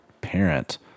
parent